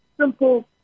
simple